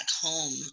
home